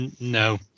No